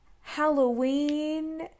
Halloween